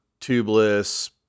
tubeless